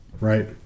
Right